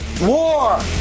WAR